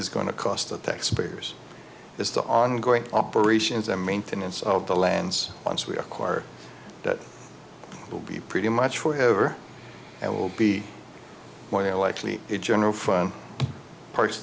is going to cost the taxpayers is the ongoing operations and maintenance of the lands once we acquire that will be pretty much forever and will be going to likely the general fund parks